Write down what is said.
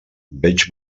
veig